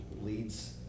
leads